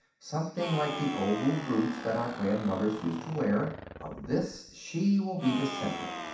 something like the oval brooch that our grandmothers used to wear of this she will be the center.